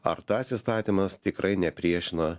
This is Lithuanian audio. ar tas įstatymas tikrai nepriešina